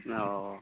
oh